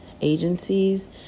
agencies